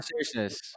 seriousness